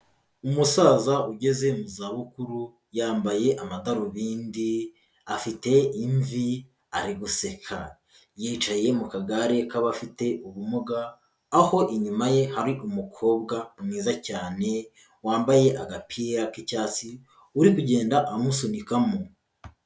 Umusaza ugeze mu zabukuru, yambaye amadarubindi, afite imvi ari guseka, yicaye mu kagare k'abafite ubumuga, aho inyuma ye hari umukobwa mwiza cyane wambaye agapira k'icyatsi, uri kugenda amusunikamo.